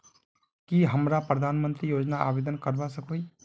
की हमरा प्रधानमंत्री योजना आवेदन करवा सकोही?